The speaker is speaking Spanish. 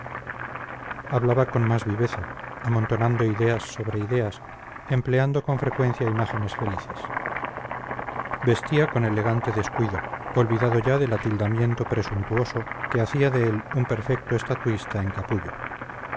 hablaba con más viveza amontonando ideas sobre ideas empleando con frecuencia imágenes felices vestía con elegante descuido olvidado ya del atildamiento presuntuoso que hacía de él un perfecto estatuista en capullo